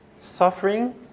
Suffering